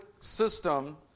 system